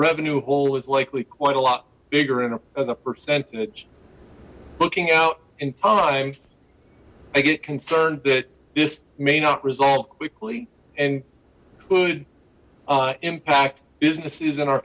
revenue hole is likely quite a lot bigger and as a percentage looking out in time i get concerned that this may not resolve quickly and could impact businesses in our